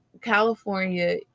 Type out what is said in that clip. california